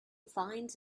finds